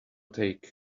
take